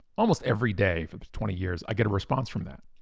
almost every day for twenty years i get a response from that